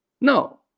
no